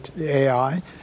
AI